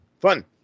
Fun